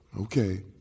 okay